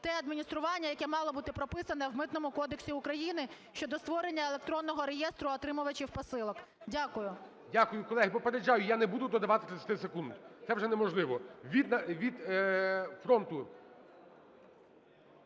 те адміністрування, яке мало бути прописано в Митному кодексі України щодо створення електронного реєстру отримувачів посилок. Дякую. ГОЛОВУЮЧИЙ. Дякую. Колеги, попереджаю, я не буду додавати 30 секунд, це вже неможливо. Від "Фронту"?